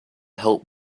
help